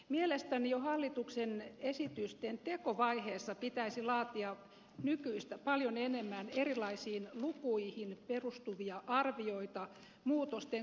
mielestäni jo hallituksen esitysten tekovaiheessa pitäisi laatia nykyistä paljon enemmän erilaisiin lukuihin perustuvia arvioita muutosten kokonaisvaikutuksista